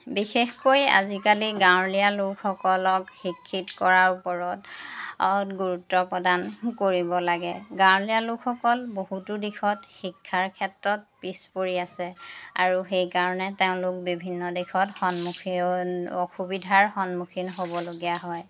বিশেষকৈ আজিকালি গাঁৱলীয়া লোকসকলক শিক্ষিত কৰাৰ ওপৰত গুৰুত্ব প্ৰদান কৰিব লাগে গাঁৱলীয়া লোকসকল বহুতো দিশত শিক্ষাৰ ক্ষেত্ৰত পিছপৰি আছে আৰু সেইকাৰণে তেওঁলোক বিভিন্ন দিশত সন্মুখীন অসুবিধাৰ সন্মুখীন হ'বলগীয়া হয়